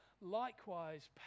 likewise